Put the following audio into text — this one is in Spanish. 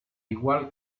igual